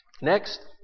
Next